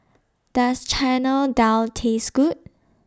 Does Chana Dal Taste Good